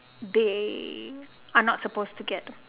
they are not supposed to get